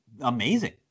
amazing